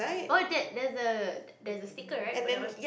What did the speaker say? oh that there's a there's a sticker right for that one